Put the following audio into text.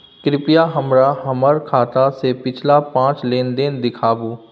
कृपया हमरा हमर खाता से पिछला पांच लेन देन देखाबु